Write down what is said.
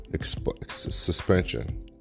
suspension